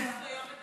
הודו לה' כי טוב.